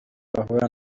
bahura